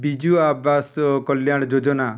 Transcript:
ବିଜୁ ଆବାସ କଲ୍ୟାଣ ଯୋଜନା